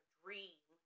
dream